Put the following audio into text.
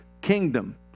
kingdom